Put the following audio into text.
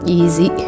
easy